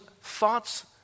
thoughts